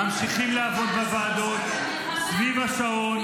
ממשיכים לעבוד בוועדות סביב השעון.